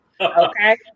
Okay